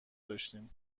داشتیم